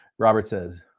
robert says,